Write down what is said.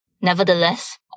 Nevertheless